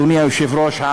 אדוני היושב-ראש,